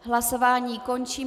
Hlasování končím.